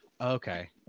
Okay